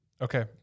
Okay